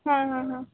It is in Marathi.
हां हां हां